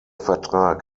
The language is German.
vertrag